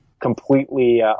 completely